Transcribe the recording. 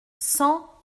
cent